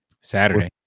Saturday